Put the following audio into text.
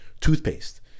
toothpaste